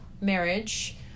marriage